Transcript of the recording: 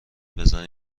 بزنی